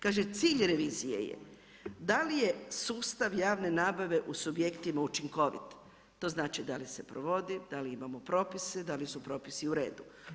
Kaže cilj revizije je da li je sustav javne nabave u subjektima učinkovit, to znači da li se provodi, da li imamo propise, da li su propisi uredu.